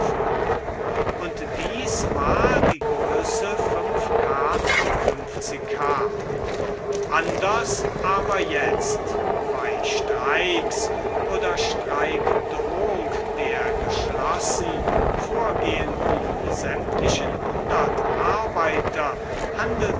und dies war die gre k h anders aber jetzt bei streiks oder streikdrohung der geschlossen vorgehenden smtlichen arbeiter handelt